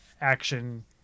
action